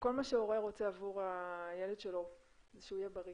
כל מה שהורה רוצה עבור הילד שלו זה שיהיה בריא.